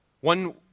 One